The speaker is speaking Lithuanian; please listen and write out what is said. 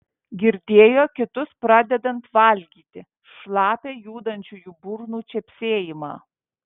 girdėjo kitus pradedant valgyti šlapią judančių jų burnų čepsėjimą